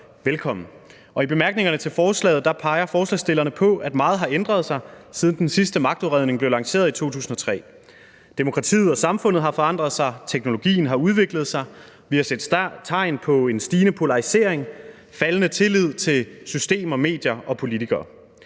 velkommen. I bemærkningerne til forslaget peger forslagsstillerne på, at meget har ændret sig, siden den sidste magtudredning blev lanceret i 2003. Demokratiet og samfundet har forandret sig, teknologien har udviklet sig, og vi har set tegn på en stigende polarisering og faldende tillid til systemer, medier og politikere.